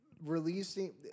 releasing